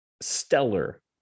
stellar